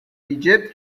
egypt